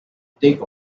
take